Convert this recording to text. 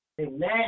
Amen